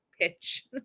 pitch